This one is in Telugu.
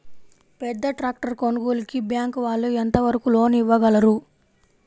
పెద్ద ట్రాక్టర్ కొనుగోలుకి బ్యాంకు వాళ్ళు ఎంత వరకు లోన్ ఇవ్వగలరు?